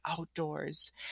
outdoors